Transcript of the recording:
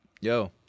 Yo